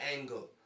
angle